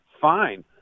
fine